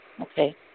Okay